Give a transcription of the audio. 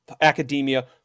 academia